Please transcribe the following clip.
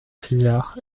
césar